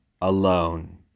alone